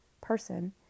person